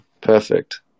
Perfect